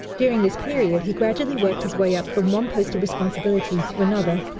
during this period he gradually worked his way up from one post of responsibility to another,